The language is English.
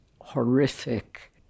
horrific